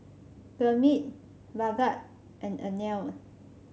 Gurmeet Bhagat and Anil